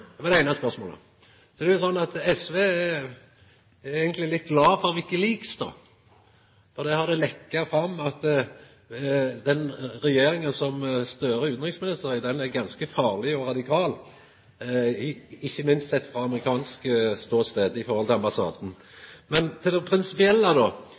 Det var det eine spørsmålet. Så er det sånn at SV er eigentleg litt glad for WikiLeaks, for der har det leke ut at den regjeringa som Støre er utanriksminister i, er ganske farleg og radikal, ikkje minst sett frå den amerikanske ambassaden sin ståstad. Til det prinsipielle då: